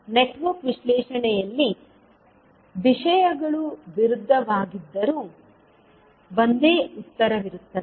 network ವಿಶ್ಲೇಷಣೆಯಲ್ಲಿ ವಿಷಯಗಳು ವಿರುದ್ಧವಾಗಿದ್ದರೂ ಒಂದೇ ಉತ್ತರವಿರುತ್ತದೆ